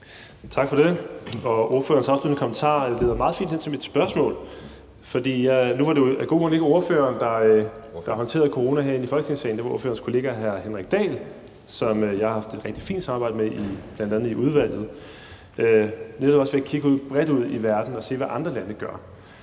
Tak for det. Ordførerens afsluttende kommentar leder meget fint hen til mit spørgsmål. Nu var det af gode grunde ikke ordføreren, der håndterede corona herinde i Folketingssalen. Det var ordførerens kollega hr. Henrik Dahl, som jeg har haft et rigtig fint samarbejde med, bl.a. i udvalget, og der handlede det netop også om at kigge bredt ud i verden og se, hvad andre lande gør,